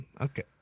Okay